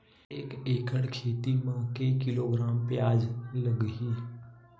एक एकड़ खेती म के किलोग्राम प्याज लग ही?